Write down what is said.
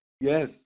Yes